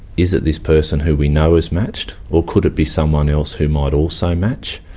is it this person who we know is matched, or could it be someone else who might also match?